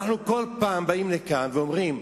אנחנו בכל פעם באים לכאן ואומרים: